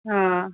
आं